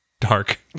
Dark